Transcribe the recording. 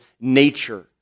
nature